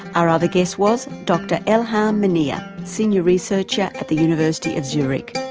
our other guest was dr elham ah um manea, senior researcher at the university of zurich.